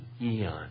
eon